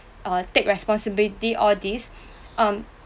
err take responsibility all these um